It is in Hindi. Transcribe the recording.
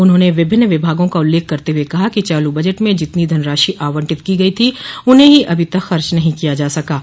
उन्होंने विभिन्न विभागों का उल्लेख करते हुए कहा कि चालू बजट में जितनी धनराशि आवंटित की गई थी उन्हें ही अभी तक खर्च नहीं किया जा सका है